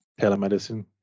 telemedicine